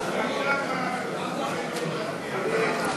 להסיר מסדר-היום את הצעת חוק-יסוד: הממשלה (תיקון,